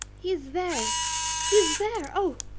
he is there he is there oh!